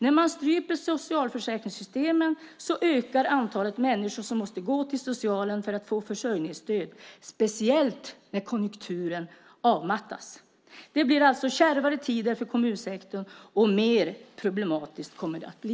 När man stryper socialförsäkringssystemen ökar antalet människor som måste gå till socialen för att få försörjningsstöd, speciellt när konjunkturen avmattas. Det blir alltså kärvare tider för kommunsektorn, och mer problematiskt kommer det att bli.